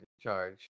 charge